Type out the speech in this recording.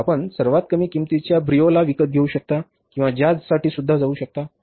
आपण सर्वात कमी किमतीच्या Brio ला विकत घेऊ शकता किंवा Jazz साठी सुद्धा जाऊ शकतात